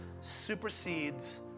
supersedes